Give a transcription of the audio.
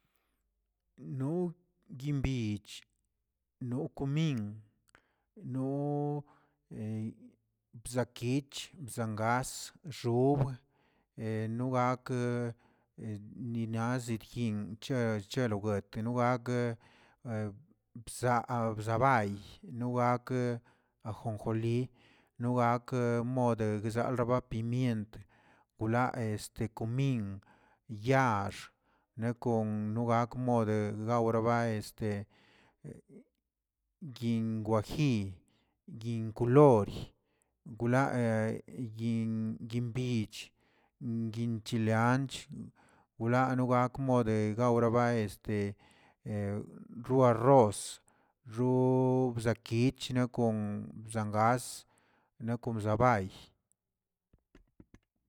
Noo gyinꞌ bich, no komin, no bza kich, zan gasj, xobə, no gakə ni naz zidyin chaꞌ chaloguet, no gakə bzaa- bzabay, no gakə ajonjolí, no gakə mode rzalaba pimient, kulaa este komin yaax ne kon no gak mode gawraba este yinꞌ wajiy, yinꞌ kolori, gulaa yinꞌ-yinꞌ bich, yinꞌ chile anch, wlaa no gak modə goroba este rroa arroz, xoo bzakich na kon bzan gass, na kon bzaa bay.